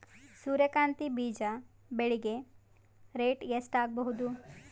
ಸೂರ್ಯ ಕಾಂತಿ ಬೀಜ ಬೆಳಿಗೆ ರೇಟ್ ಎಷ್ಟ ಆಗಬಹುದು?